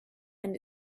and